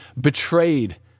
betrayed